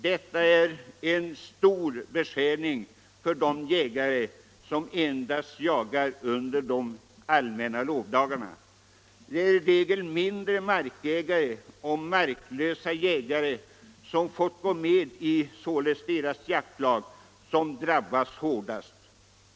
Detta är en avsevärd beskärning för de jägare som bara jagar under de allmänna lovdagarna. Det är i regel jägare med mindre marker och marklösa jägare som har fått gå med i deras jaktlag som drabbas hårdast.